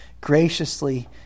graciously